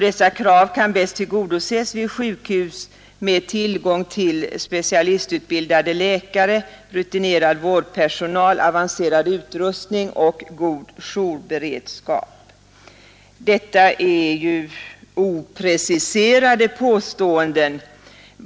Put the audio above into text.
Dessa krav kan bäst tillgodoses vid sjukhus med tillgång till specialistutbildade läkare, rutinerad vårdpersonal, avancerad utrustning och god jourberedskap.” Detta är opreciserade påståenden.